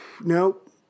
Nope